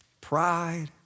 pride